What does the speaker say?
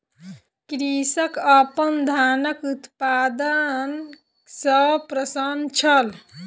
कृषक अपन धानक उत्पादन सॅ प्रसन्न छल